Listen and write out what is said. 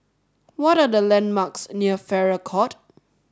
what are the landmarks near Farrer Court